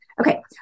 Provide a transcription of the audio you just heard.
Okay